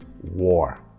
war